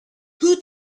who